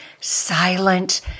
silent